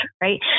right